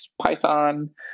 Python